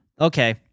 okay